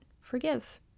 forgive